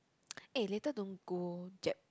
eh later don't go jap